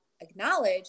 acknowledge